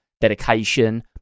dedication